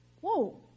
Whoa